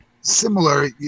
Similar